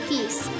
Peace